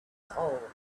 soul